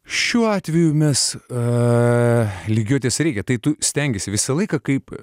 šiuo atveju mes a lygiuotis reikia tai tu stengiesi visą laiką kaip